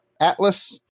Atlas